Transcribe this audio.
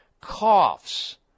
coughs